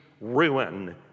ruin